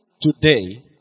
today